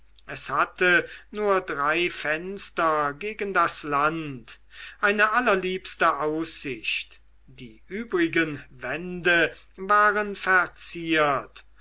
es hatte nur drei fenster gegen das land eine allerliebste aussicht die übrigen wände waren verziert